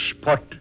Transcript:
spot